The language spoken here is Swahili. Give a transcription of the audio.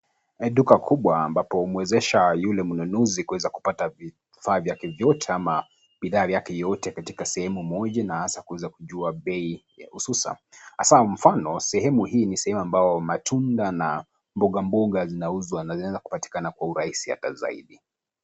Ni duka kubwa ambapo humwezesha yule mununuzi kuweza kupata vifaa vyake vyote ama bidhaa vyake yoyote katika sehemu moja na hasa kuweza kujua bei ya hususani. Hasaa mfano, sehemu hii ni sehemu ambayo matunda na mboga mboga zinauzwa na zinaweza kupatikana kwa urahisi hata zaidi.